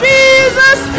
Jesus